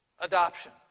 adoption